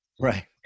Right